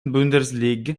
bundesliga